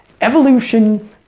evolution